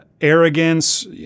arrogance